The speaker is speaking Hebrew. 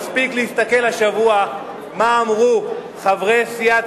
מספיק להסתכל השבוע מה אמרו חברי סיעת